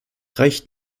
reicht